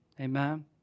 Amen